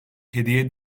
hediye